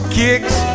kicks